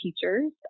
teachers